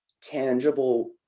tangible